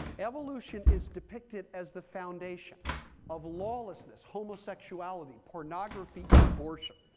evolution is depicted as the foundation of lawlessness, homosexuality, pornography, and abortion.